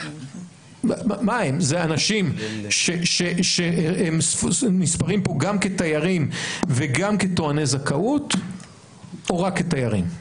זה אנשים שנספרים פה גם כתיירים וגם כטועני זכאות או רק כתיירים?